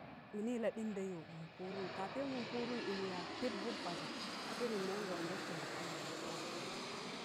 mịnịị laɗịn da yọ mịn pụụdụn. kapin mịn pụụdụn ịmụ yak pịp gụm ɓazak a pịdịm mọn nẹngọn ngaa kịna yaaz wam kọn.